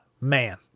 man